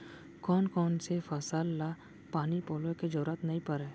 कोन कोन से फसल ला पानी पलोय के जरूरत नई परय?